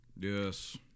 yes